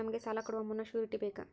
ನಮಗೆ ಸಾಲ ಕೊಡುವ ಮುನ್ನ ಶ್ಯೂರುಟಿ ಬೇಕಾ?